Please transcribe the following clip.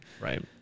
Right